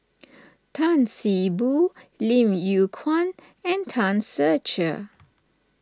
Tan See Boo Lim Yew Kuan and Tan Ser Cher